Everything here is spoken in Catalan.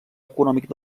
econòmic